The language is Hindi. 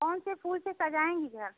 कौन से फूल से सजाएँगी घर